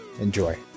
Enjoy